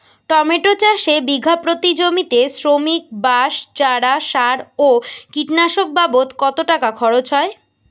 Tomato চাষে বিঘা প্রতি জমিতে শ্রমিক, বাঁশ, চারা, সার ও কীটনাশক বাবদ কত টাকা খরচ হয়?